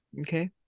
Okay